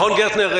מכון "גרטנר",